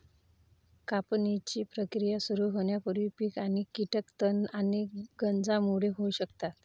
कापणीची प्रक्रिया सुरू होण्यापूर्वी पीक आणि कीटक तण आणि गंजांमुळे होऊ शकतात